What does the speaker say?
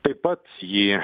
taip pat jį